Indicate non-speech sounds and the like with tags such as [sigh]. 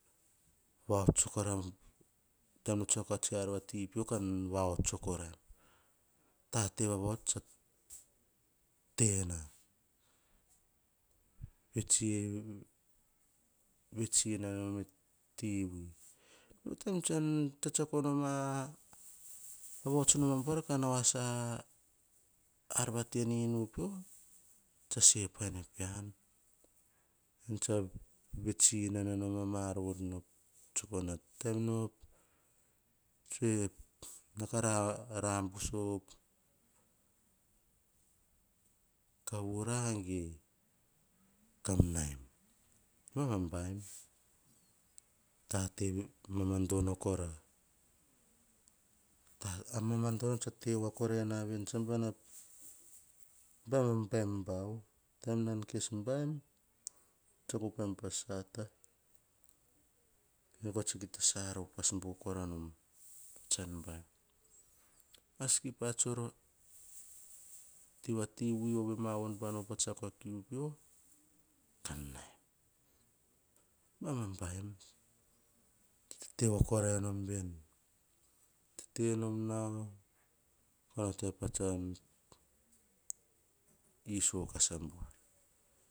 Ka vahots sako raim, taim no tsiako tsi ar vati pio kan vahots sako raim. Tate vavahots tsa tena. Vets i-vets ina nom ar tevui. [unintelligible] tsetsiako noma vahots nora nu ambuar, ka nao asa ar vati ninu pio, tse se pano pean. Ean tsa vets enana nom a ma ar vori tsetsakona, taim no tsoe nakaram, ram buso, kabura ge, kam naim, mamam baim. Tate mamadono kora. A mamadono tsa te voa na kora na veni, tsam bana vavavem bau. Taim nan kes baim, tsumo pam ta sahata. Noga tsi ge ta saro pas i voa kora nom, tsen baim. Maski pa tsuror tiva ti vui ovema voan pa tsiako a kiu pio, kan naim. Baim mi baim. Tete voa kora bon veni. Tete nom nao, ko onoto patsan iso kas abuar.